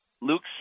Luke